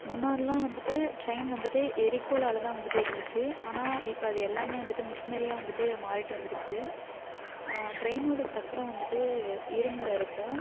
முன்னாடிலாம் வந்துட்டு ட்ரெயின் வந்துட்டு எறிகுழாலதான் வந்துட்டு இருந்துச்சு ஆனால் இப்போ அது எல்லாமே வந்துட்டு மிஷினரியாக வந்துட்டு மாறிட்டு வந்துடுச்சு ட்ரெயினோட சக்கரம் வந்துட்டு இரும்பில் இருக்கும்